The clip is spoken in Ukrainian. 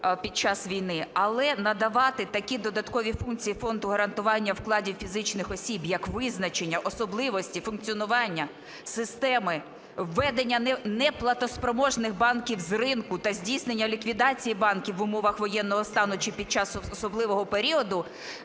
під час війни. Але надавати такі додаткові функції Фонду гарантування вкладів фізичних осіб, як визначення особливості функціонування системи виведення неплатоспроможних банків з ринку та здійснення ліквідації банків в умовах воєнного стану чи під час особливого періоду,